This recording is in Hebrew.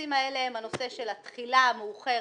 והנושאים האלה הם הנושא של התחילה המאוחרת,